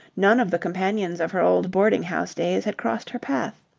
none of the companions of her old boarding-house days had crossed her path.